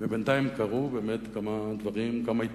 אפילו יצחק רבין המנוח אמר שאותם אנחנו נפגוש רק בשדה הקרב,